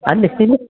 ಅಲ್ಲಿ ತಿನ್ನು